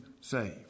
saved